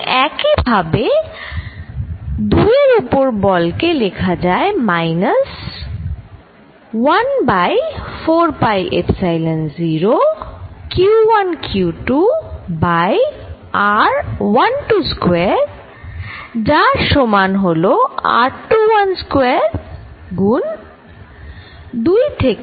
এবং একই ভাবে 2 এর ওপর বল কে লেখা যায় minus 1 by 4 pi epsilon 0 q1 q2 by r12 square যার সমান হল r21 স্কয়ার গুন 2 থেকে 1এর ইউনিট ভেক্টর